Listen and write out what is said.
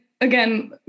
again